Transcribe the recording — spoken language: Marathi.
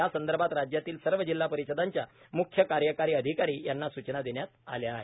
यासंदर्भात राज्यातील सर्व जिल्हा परिषदांच्या म्ख्य कार्यकारी अधिकारी यांना सूचना देण्यात आल्या आहेत